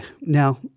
now